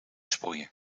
sproeien